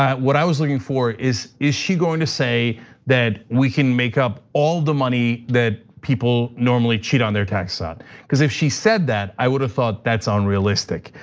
what i was looking for is, is she going to say that we can make up all the money that people normally cheat on their taxes on? cuz if she said that, i would've thought that's unrealistic.